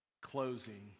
closing